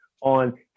on